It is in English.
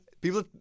People